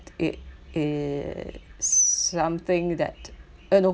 it is something that uh no